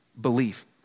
belief